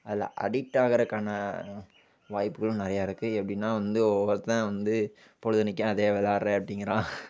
அதில் அடிக்ட் ஆகறதுக்கான வாய்ப்புகளும் நிறையா இருக்குது எப்படின்னா வந்து ஒவ்வொருத்தன் வந்து பொழுதனைக்கும் அதே விளாயாடுறேன் அப்படிங்குறான்